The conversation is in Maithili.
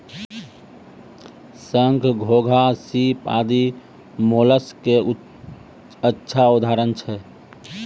शंख, घोंघा, सीप आदि मोलस्क के अच्छा उदाहरण छै